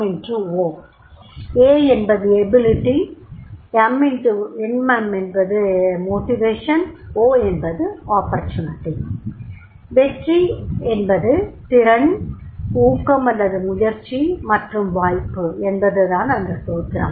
Where A Ability M Motivation O Opportunity வெற்றி திறன் ஊக்கம் முயற்சி வாய்ப்பு என்பது தான் அந்த சூத்திரம்